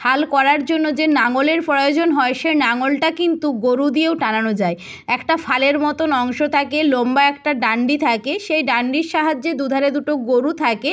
হাল করার জন্য যে লাঙলের প্রয়োজন হয় সে লাঙলটা কিন্তু গোরু দিয়েও টানানো যায় একটা ফালের মতন অংশ থাকে লম্বা একটা ডান্ডি থাকে সেই ডান্ডির সাহায্যে দু ধারে দুটো গোরু থাকে